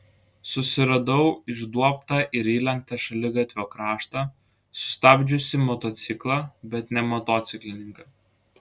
susiradau išduobtą ir įlenktą šaligatvio kraštą sustabdžiusį motociklą bet ne motociklininką